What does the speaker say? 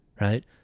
right